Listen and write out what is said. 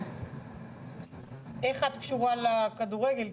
איך את קשורה לכדורגל?